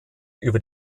über